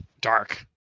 dark